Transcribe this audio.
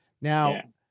Now